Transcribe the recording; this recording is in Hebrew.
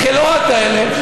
החלאות האלה,